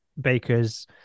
bakers